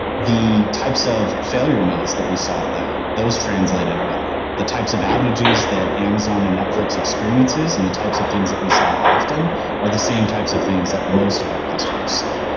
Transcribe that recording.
the types of failure modes that we saw though, those translated well. the types of outages that amazon and netflix experiences and the types of things that we saw often are the same types of things that most of our customers see,